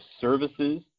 services